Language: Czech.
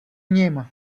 nim